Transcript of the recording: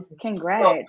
Congrats